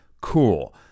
cool